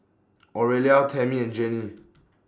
Aurelia Tammy and Gennie